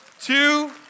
two